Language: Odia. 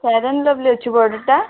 ଫ୍ୟାର୍ ଆଣ୍ଡ ଲବଲି ଅଛି ବଡ଼ଟା